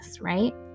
right